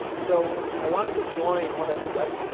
so, i wanted to join one of the website